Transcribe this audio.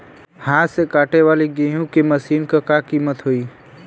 हाथ से कांटेवाली गेहूँ के मशीन क का कीमत होई?